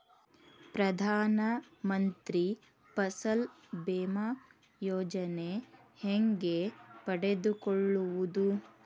ಪ್ರಧಾನ ಮಂತ್ರಿ ಫಸಲ್ ಭೇಮಾ ಯೋಜನೆ ಹೆಂಗೆ ಪಡೆದುಕೊಳ್ಳುವುದು?